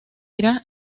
irá